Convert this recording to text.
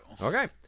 Okay